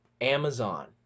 Amazon